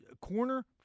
corner